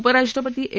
उपराष्ट्रपती एम